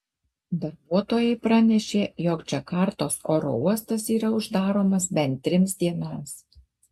darbuotojai pranešė jog džakartos oro uostas yra uždaromas bent trims dienoms